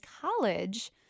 college